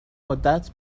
مدت